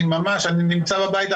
אני נמצא בבית,